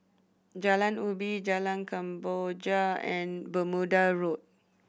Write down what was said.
Jalan Ubi Jalan Kemboja and Bermuda Road